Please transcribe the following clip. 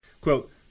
Quote